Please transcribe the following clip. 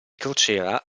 crociera